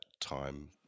time